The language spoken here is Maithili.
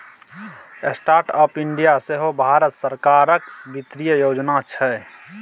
स्टार्टअप इंडिया सेहो भारत सरकारक बित्तीय योजना छै